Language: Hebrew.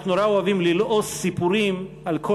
אנחנו נורא אוהבים ללעוס סיפורים על כל